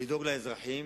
לדאוג לאזרחים.